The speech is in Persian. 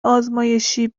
آزمایشی